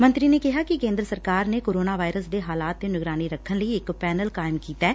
ਮੰਤਰੀ ਨੇ ਕਿਹਾ ਕਿ ਕੇਂਦਰ ਸਰਕਾਰ ਨੇ ਕੋਰੋਨਾ ਵਾਇਰਸ ਦੇ ਹਾਲਾਤ ਤੇ ਨਿਗਰਾਨੀ ਰੱਖਣ ਲਈ ਇਕ ਪੈਨਲ ਕਾਇਮ ਕੀਤਾ ਗਿਐ